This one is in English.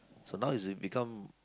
so it's been become